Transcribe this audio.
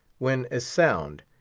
when a sound,